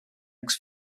next